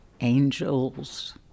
angels